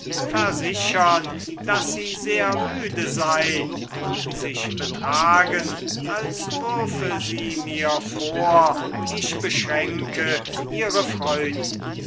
versichern daß sie sehr müde sei und sich betragen als würfe sie mir vor ich beschränke ihre freuden